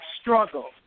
Struggle